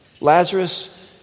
Lazarus